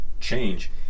change